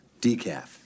decaf